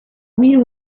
win